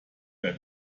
bei